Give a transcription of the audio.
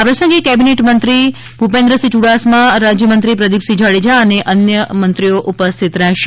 આ પ્રસંગે કેબીનેટમંત્રી ભૂપેન્દ્રસિંહ યુડાસમા રાજ્યમંત્રી પ્રદિપસિંહ જાડેજા અને અન્ય ઉપસ્થિત રહેશે